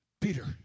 Peter